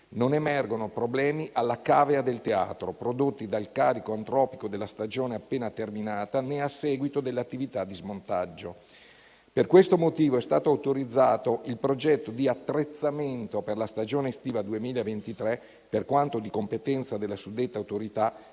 non emergono problemi alla *cavea* del teatro prodotti dal carico antropico della stagione appena terminata, né a seguito dell'attività di smontaggio. Per questo motivo è stato autorizzato il progetto di attrezzamento per la stagione estiva 2023, per quanto di competenza della suddetta autorità,